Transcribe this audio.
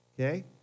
Okay